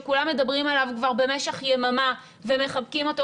שכולם מדברים עכשיו כבר במשך יממה ומחבקים אותו,